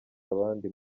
abandi